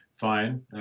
Fine